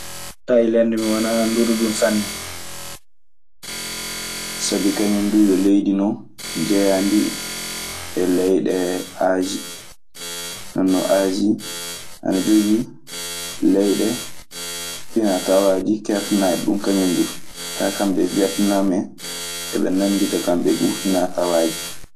Taylande mi wana anduɗo dun sanne. Sabi kañun duu yo leydi non jeyaandi e leyɗe Aasi. Nden non Aasi ana jogii leyɗe pina tawaaji kertanaaɗi ɗun kañun duu. Kaa, kamɓe e Wietnaam en. Eɓe nanndita kamɓe duu finaa tawaaji.